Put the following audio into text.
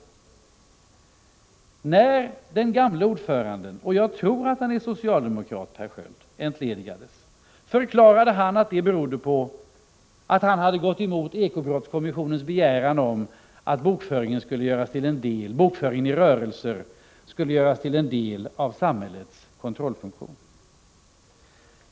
När den gamle ordföranden Per Sköld, som jag tror är socialdemokrat, entledigades, förklarade han att det berodde på att han gått emot ekobrottskommissionens begäran om att bokföringen i rörelser skulle göras till föremål för samhällets kontrollfunktion.